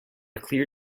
clear